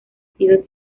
sido